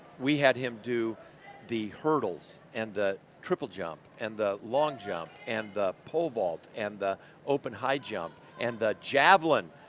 we had him do the hurdles and the triple jump and the long jump and the pole vault and the open high jump and the javelin.